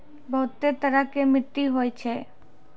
बहुतै तरह के मट्टी होय छै